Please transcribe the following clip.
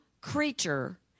creature